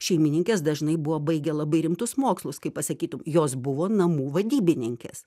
šeimininkės dažnai buvo baigę labai rimtus mokslus kaip pasakytum jos buvo namų vadybininkės